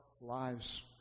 lives